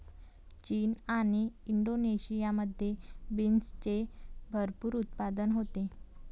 चीन आणि इंडोनेशियामध्ये बीन्सचे भरपूर उत्पादन होते